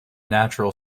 natural